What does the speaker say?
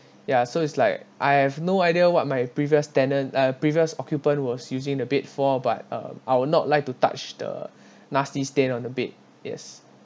ya so it's like I have no idea what my previous tenant uh previous occupant was using the bed for but um I would not like to touch the nasty stain on the bed yes